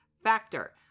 factor